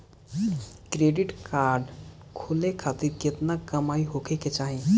Credit card खोले खातिर केतना कमाई होखे के चाही?